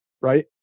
right